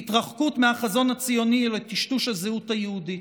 להתרחקות מהחזון הציוני, לטשטוש הזהות היהודית.